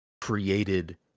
Created